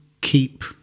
keep